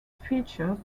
features